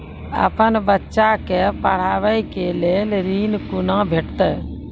अपन बच्चा के पढाबै के लेल ऋण कुना भेंटते?